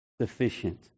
sufficient